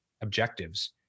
objectives